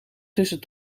tussen